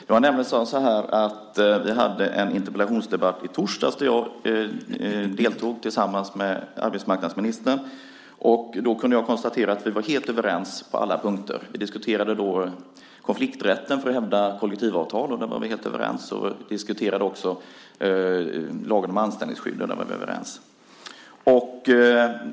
Vi hade nämligen en interpellationsdebatt i torsdags då jag deltog tillsammans med arbetsmarknadsministern, och då kunde jag konstatera att vi var helt överens på alla punkter. Vi diskuterade då konflikträtten för att hävda kollektivavtal, och där var vi helt överens. Vi diskuterade också lagen om anställningsskydd, och där var vi också överens.